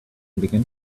began